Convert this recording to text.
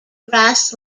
grass